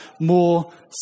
more